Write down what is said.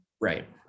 right